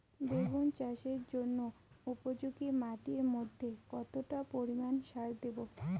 বেগুন চাষের জন্য উপযোগী মাটির মধ্যে কতটা পরিমান সার দেব?